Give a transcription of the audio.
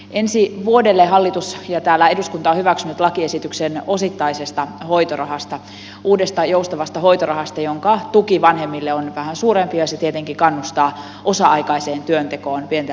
ensi vuodelle hallitus on esittänyt ja täällä eduskunta on hyväksynyt lakiesityksen osittaisesta hoitorahasta uudesta joustavasta hoitorahasta jonka tuki vanhemmille on vähän suurempi ja se tietysti kannustaa osa aikaiseen työntekoon pienten lasten vanhempia